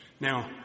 Now